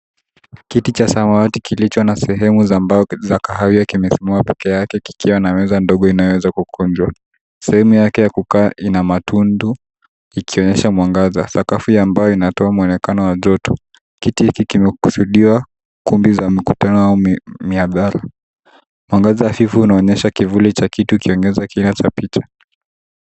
Kiti cha samawati kilicho na sehemu za mbao za kahawia kimesimama peke yake kikiwa na meza ndogo ambayo inaweza kukunjwa. Sehemu yake ya kukaa ina matundu ikionyesha mwangaza. Sakafu ya mbao inatoa mwonekano wa joto. Kiti hiki kimekusudiwa kumbi za mkutano au mihadhara. Mwangaza hafifu unaonyesha kivuli cha kitu kinachopita.